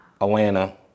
Atlanta